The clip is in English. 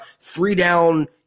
three-down